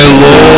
Lord